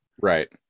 Right